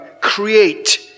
Create